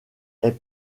est